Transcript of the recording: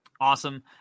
Awesome